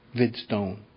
vidstone